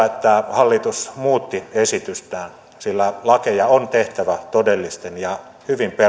hallitus muutti esitystään sillä lakeja on tehtävä todellisten ja hyvin perusteltujen lausuntojen ja